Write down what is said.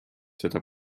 seda